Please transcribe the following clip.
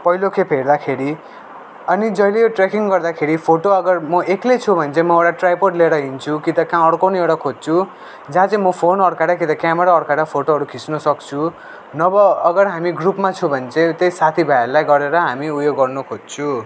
पहिलो खेप हेर्दाखेरि अनि जहिले यो ट्रेकिङ गर्दाखेरि फोटो अगर म एक्लै छु भने चाहिँ म एउटा ट्राइपोड लिएर हिँड्छु कि त कहाँ अड्काउने एउटा खोज्छु जहाँ मैले फोन अड्काएर कि त क्यामेरा अड्काएर फोटोहरू खिच्नसक्छु नभए अगर हामी ग्रुपमा छौँ भने चाहिँ त्यही साथीभाइहरूलाई गरेर हामी उयो गर्नुखोज्छु